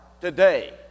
today